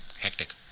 hectic